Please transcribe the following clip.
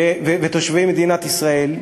ותושבי מדינת ישראל,